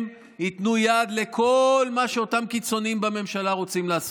הם ייתנו יד לכל מה שאותם קיצונים בממשלה רוצים לעשות.